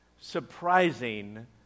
surprising